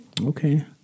Okay